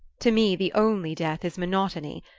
to me the only death is monotony.